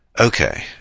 Okay